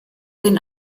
den